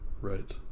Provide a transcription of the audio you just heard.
right